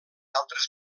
altres